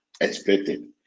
expected